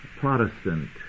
Protestant